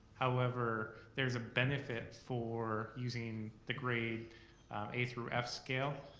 however, there is a benefit for using the grade a through f scale,